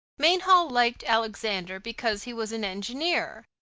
mainhall liked alexander because he was an engineer.